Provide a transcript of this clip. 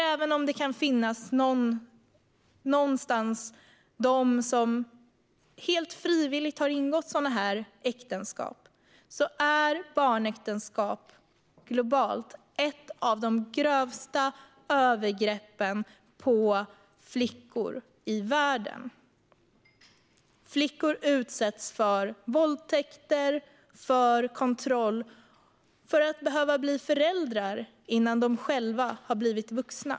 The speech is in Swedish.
Även om det någonstans kan finnas någon som helt frivilligt har ingått ett sådant äktenskap är barnäktenskap globalt sett ett av de grövsta övergreppen på flickor. Flickor utsätts för våldtäkter och kontroll och för att behöva bli föräldrar innan de själva har blivit vuxna.